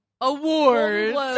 awards